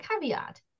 caveat